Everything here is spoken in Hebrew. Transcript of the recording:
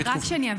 רק כדי שאבין,